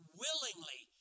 willingly